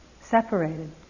separated